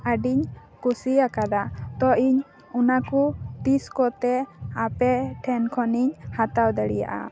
ᱟᱹᱰᱤᱧ ᱠᱩᱥᱤᱭᱟᱠᱟᱫᱟ ᱛᱚ ᱤᱧ ᱚᱱᱟᱠᱚ ᱛᱤᱥ ᱠᱚᱛᱮ ᱟᱯᱮ ᱴᱷᱮᱱ ᱠᱷᱚᱱᱤᱧ ᱦᱟᱛᱟᱣ ᱫᱟᱲᱮᱭᱟᱜᱼᱟ